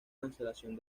cancelación